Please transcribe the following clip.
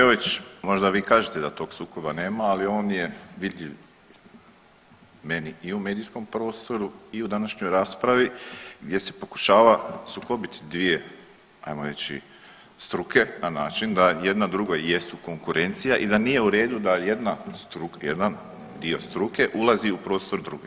Kolegice Peović možda vi kažete da tog sukoba nema, ali on je vidljiv meni i u medijskom prostoru i današnjoj raspravi gdje se pokušava sukobiti dvije ajmo reći struke na način da jedna drugoj jesu konkurencija i da nije u redu da jedna, jedan dio struke ulazi u prostor druge.